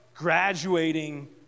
graduating